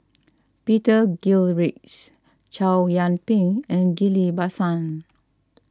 Peter Gilchrist Chow Yian Ping and Ghillie Basan